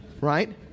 right